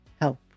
help